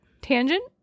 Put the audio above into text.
Tangent